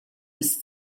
bis